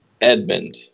Edmund